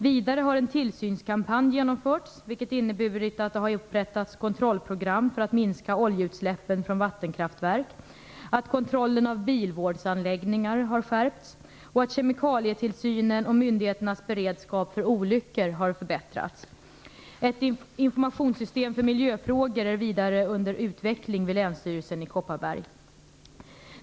Vidare har en tillsynskampanj genomförts, vilket inneburit att det har upprättats kontrollprogram för att minska oljeutsläppen från vattenkraftverk, att kontrollen av bilvårdsanläggningar har skärpts och att kemikalietillsynen och myndigheternas beredskap för olyckor har förbättrats. Ett informationssystem för miljöfrågor är vidare under utveckling vid Länsstyrelsen i Kopparberg.